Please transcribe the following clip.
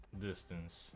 distance